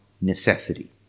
necessity